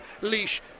Leash